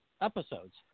episodes